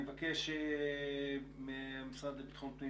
אני מבקש מהמשרד לביטחון פנים,